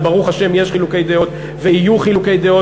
וברוך השם יש חילוקי דעות ויהיו חילוקי דעות,